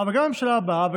בממשלה הבאה.